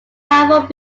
powerful